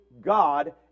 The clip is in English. God